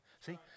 See